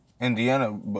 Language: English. Indiana